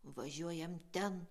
važiuojam ten